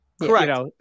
Correct